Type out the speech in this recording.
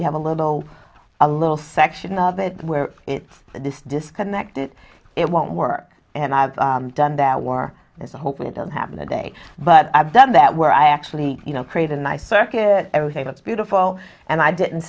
you have a little a little section of it where it's this disconnected it won't work and i've done that war is a hope it doesn't happen today but i've done that where i actually you know create a nice circuit i was a beautiful and i didn't